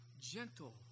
gentle